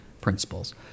principles